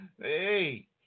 Hey